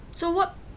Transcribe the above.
so what